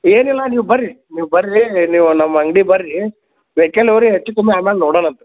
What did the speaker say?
ಏನಿಲ್ಲ ನೀವು ಬರ್ರಿ ನೀವು ಬರ್ರಿ ನೀವು ನಮ್ಮ ಅಂಗ್ಡಿಗೆ ಬರ್ರಿ ವೆಹಿಕಲ್ಲೋರಿ ಹೆಚ್ಚು ಕಮ್ಮಿ ಆಮೇಲೆ ನೋಡೋಣಂತೆ